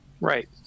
Right